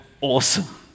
awesome